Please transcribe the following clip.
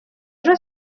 ejo